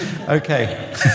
Okay